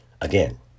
Again